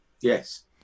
Yes